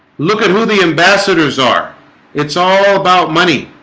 look at who the ambassadors, are it's all about money.